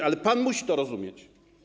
Ale pan musi to rozumieć.